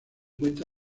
cuenta